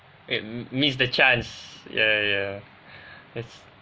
and miss the chance yeah yeah yeah that's